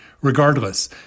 Regardless